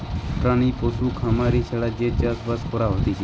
প্রাণী পশু খামারি ছাড়া যে চাষ বাস করা হতিছে